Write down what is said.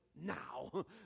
now